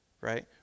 right